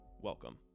welcome